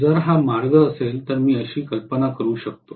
जर हा मार्ग असेल तर मी अशी कल्पना करू शकतो